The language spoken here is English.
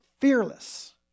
fearless